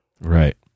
Right